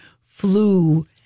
flew